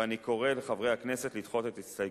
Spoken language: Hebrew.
ואני קורא לחברי הכנסת לדחות את הסתייגותם.